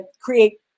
create